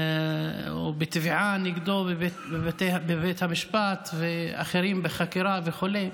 ובתביעה נגדו בבית המשפט, ואחרים בחקירה וכו'.